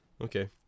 Okay